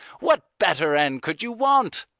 what better end could you want?